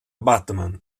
batman